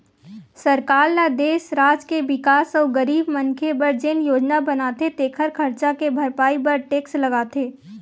सरकार ल देस, राज के बिकास अउ गरीब मनखे बर जेन योजना बनाथे तेखर खरचा के भरपाई बर टेक्स लगाथे